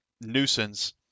nuisance